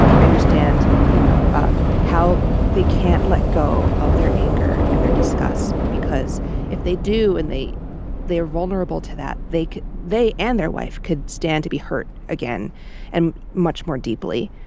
i understand you know um how they can't let go of their anger and their disgust because if they do and they they're vulnerable to that they they and their wife could stand to be hurt again and much more deeply.